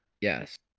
Yes